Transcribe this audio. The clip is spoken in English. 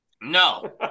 No